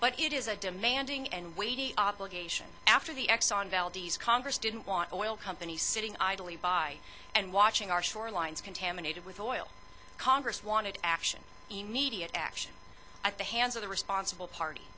but it is a demanding and weighty obligation after the exxon valdez congress didn't want oil companies sitting idly by and watching our shorelines contaminated with oil congress wanted action immediate action at the hands of the responsible party